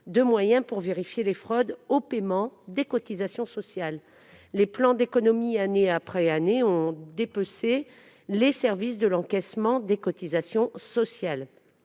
de moyens pour lutter contre la fraude au paiement des cotisations sociales. Les plans d'économies, année après année, ont dépecé les services de l'encaissement des cotisations sociales.